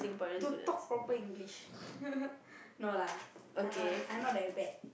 to talk proper English no lah I not I not that bad